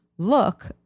look